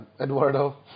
Eduardo